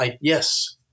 yes